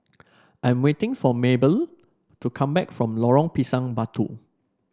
I'm waiting for Maybelle to come back from Lorong Pisang Batu